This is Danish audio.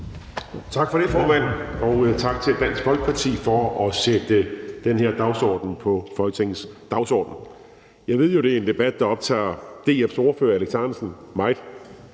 Tak for det, formand, og tak til Dansk Folkeparti for at sætte det her på Folketingets dagsorden. Jeg ved jo, at det er en debat, der optager DF's ordfører, hr. Alex Ahrendtsen, meget.